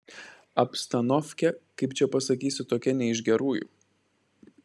abstanovkė kaip čia pasakysi tokia ne iš gerųjų